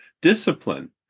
discipline